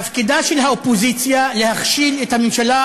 תפקידה של האופוזיציה להכשיל את הממשלה,